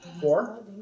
Four